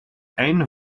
einde